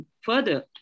further